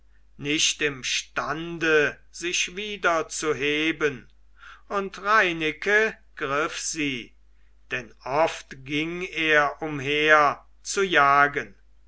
nicht imstande sich wieder zu heben und reineke griff sie denn oft ging er umher zu jagen